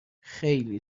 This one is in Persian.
خیلی